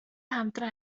хамтран